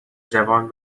جوان